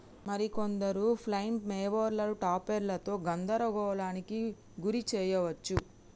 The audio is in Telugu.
మరి కొందరు ఫ్లైల్ మోవరులను టాపెర్లతో గందరగోళానికి గురి శెయ్యవచ్చు